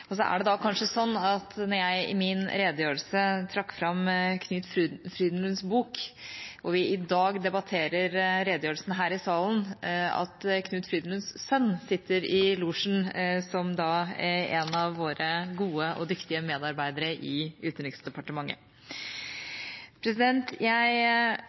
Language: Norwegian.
I min redegjørelse trakk jeg fram Knut Frydenlunds bok. Når vi i dag debatterer redegjørelsen her i salen, sitter Knut Frydenlunds sønn, en av våre gode og dyktige medarbeidere i Utenriksdepartementet, i losjen. Jeg